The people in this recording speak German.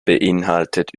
beeinhaltet